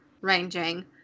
ranging